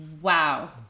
Wow